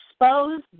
expose